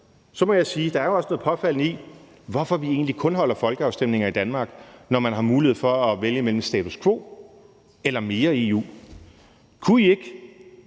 Så må jeg sige, at der også er noget påfaldende i, hvorfor vi egentlig kun holder folkeafstemninger i Danmark, når man har mulighed for at vælge mellem status quo eller mere EU. Kunne I ikke,